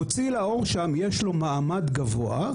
מוציא לאור שם יש לו מעמד גבוה,